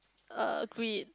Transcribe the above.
uh greed